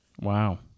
Wow